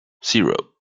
zero